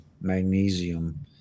magnesium